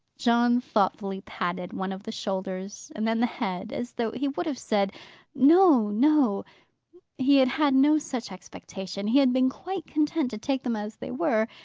john thoughtfully patted one of the shoulders, and then the head, as though he would have said no, no he had had no such expectation he had been quite content to take them as they were.